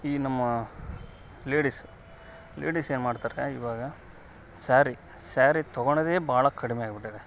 ಈ ನಮ್ಮ ladies ladies ಏನು ಮಾಡ್ತಾರೆ ಇವಾಗ ಸ್ಯಾರಿ ಸ್ಯಾರಿ ತೊಗೋಳದೇ ಭಾಳ ಕಡಿಮೆ ಆಗಿಬಿಟ್ಟಿದೆ